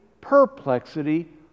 perplexity